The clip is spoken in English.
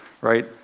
right